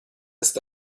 ist